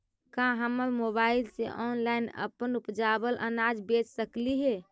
का हम मोबाईल से ऑनलाइन अपन उपजावल अनाज बेच सकली हे?